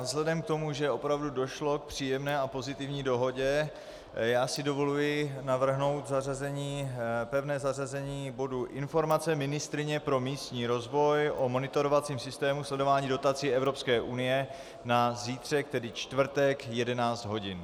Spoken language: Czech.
Vzhledem k tomu, že opravdu došlo k příjemné a pozitivní dohodě, dovoluji si navrhnout pevné zařazení bodu Informace ministryně pro místní rozvoj o monitorovacím systému sledování dotací Evropské unie na zítřek, tedy čtvrtek, 11 hodin.